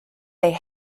they